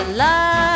love